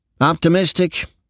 optimistic